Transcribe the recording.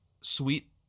sweet